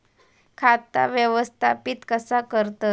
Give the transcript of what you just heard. खाता व्यवस्थापित कसा करतत?